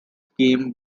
came